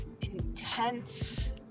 intense